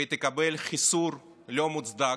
והיא תקבל חיסור לא מוצדק,